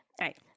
right